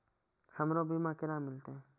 हमरो बीमा केना मिलते?